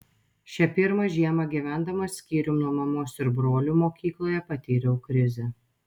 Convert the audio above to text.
šią pirmą žiemą gyvendamas skyrium nuo mamos ir brolių mokykloje patyriau krizę